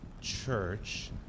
church